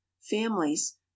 families